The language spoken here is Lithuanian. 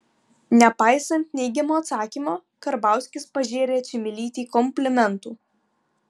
nepaisant neigiamo atsakymo karbauskis pažėrė čmilytei komplimentų